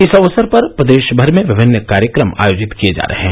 इस अवसर पर प्रदेश भर में विभिन्न कार्यक्रम आयोजित किए जा रहे हैं